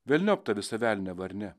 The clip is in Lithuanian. velniop tą visą velniavą ar ne